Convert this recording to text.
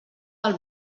del